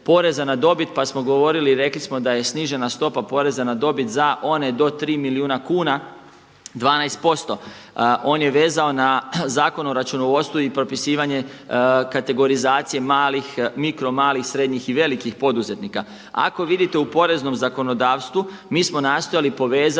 pa smo govorili i rekli smo da je snižena stopa poreza na dobit za one do 3 milijuna kuna 12%. On je vezao na Zakon o računovodstvu i propisivanje kategorizacije malih, mikromalih, srednjih i velikih poduzetnika. Ako vidite u poreznom zakonodavstvu mi smo nastojali povezati